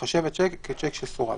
ייחשב השיק כשיק שסורב."